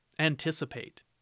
anticipate